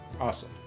Awesome